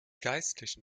geistlichen